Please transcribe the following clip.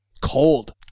cold